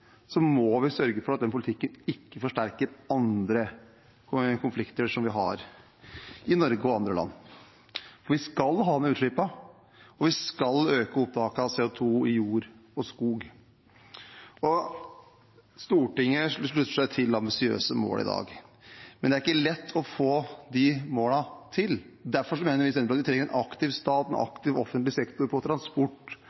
må vi sørge for at den politikken ikke forsterker andre konflikter som vi har i Norge og i andre land. Vi skal ha ned utslippene, og vi skal øke opptaket av CO 2 i jord og skog. Stortinget slutter seg til ambisiøse mål i dag, men det er ikke lett å få de målene til. Derfor mener vi i Senterpartiet at vi trenger en aktiv stat med en